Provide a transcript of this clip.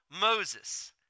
Moses